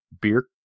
Beer